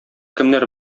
кемнәр